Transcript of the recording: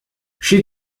she